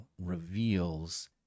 reveals